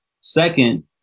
Second